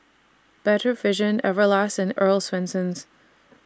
Better Vision Everlast and Earl's Swensens